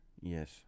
Yes